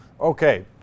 okay